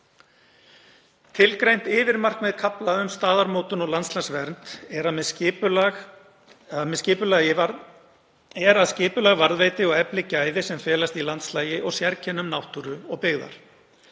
Tilgreint yfirmarkmið kafla um staðarmótun og landslagsvernd er að skipulag varðveiti og efli gæði sem felast í landslagi og sérkennum náttúru og byggðar.